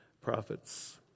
prophets